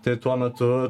tai tuo metu